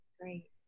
Great